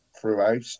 throughout